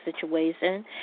situation